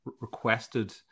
requested